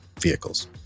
vehicles